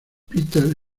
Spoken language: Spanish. peter